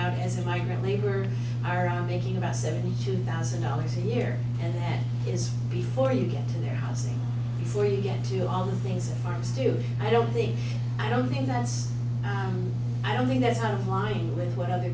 out as a migrant labor are making about seventy two thousand dollars a year and that is before you get to their housing before you get to all the things that farms do i don't thinkh i don't think that'sh i don't think that's out of line with what other